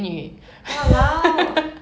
!walao!